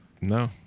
no